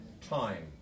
Time